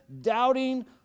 doubting